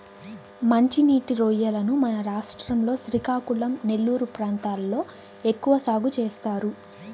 మంచి నీటి రొయ్యలను మన రాష్ట్రం లో శ్రీకాకుళం, నెల్లూరు ప్రాంతాలలో ఎక్కువ సాగు చేస్తారు